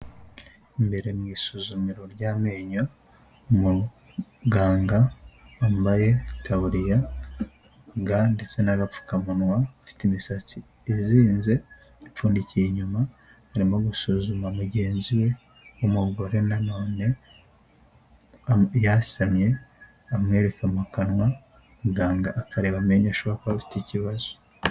Imbere mu isuzumiro ry'amenyo, umuganga wambaye itaburiya, ga ndetse n'agapfukamunwa, ufite imisatsi izinze ipfundikiye inyuma, arimo gusuzuma mugenzi we w'umugore nanone yasamye amwereka mu kanwa, muganga akareba amenyesha ko afite ikibazo.